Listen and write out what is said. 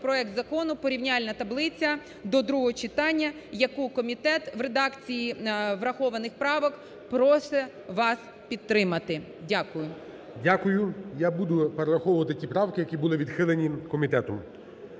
Дякую. Я буду перераховувати ті правки, які були відхилені комітетом.